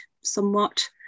somewhat